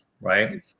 right